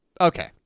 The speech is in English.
okay